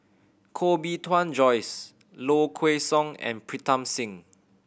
Koh Bee Tuan Joyce Low Kway Song and Pritam Singh